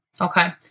Okay